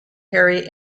harry